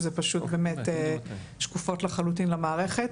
שזה פשוט באמת שקופות לחלוטין למערכת,